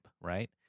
right